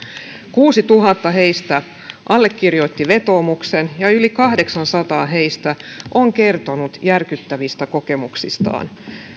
kuusituhatta heistä allekirjoitti vetoomuksen ja yli kahdeksansataa heistä on kertonut järkyttävistä kokemuksistaan